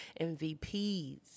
MVPs